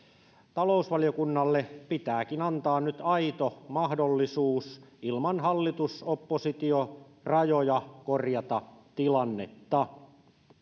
talousvaliokunnalle pitääkin antaa nyt aito mahdollisuus ilman hallitus oppositio rajoja korjata tilannetta